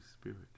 Spirit